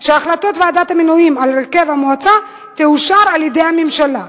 שהחלטות ועדת המינויים על הרכב המועצה תאושרנה על-ידי הממשלה.